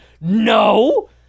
no